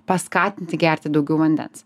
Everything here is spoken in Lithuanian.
paskatinti gerti daugiau vandens